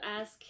ask